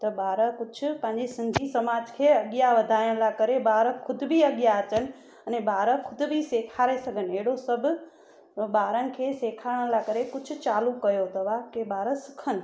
त ॿार कुझु पंहिंजी सिंधी समाज खे अॻियां वधाइण लाइ करे ॿार ख़ुदि बि अॻियां अचनि अने ॿार ख़ुदि बि सिखारे सघनि अहिड़ो सभु ॿारनि खे सिखारण लाइ करे कुझु चालू कयो तव्हां की ॿार सिखनि